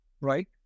right